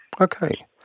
Okay